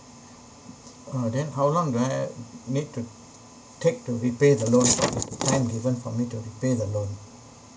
uh then how long do I need to take to repay the loan time given for me to repay the loan